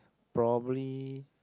probably